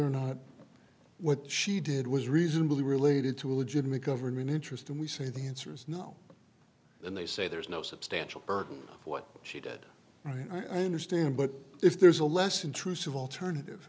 or not what she did was reasonably related to a legitimate government interest and we say the answer is no then they say there's no substantial burden of what she did right i understand but if there's a less intrusive alternative